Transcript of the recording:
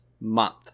month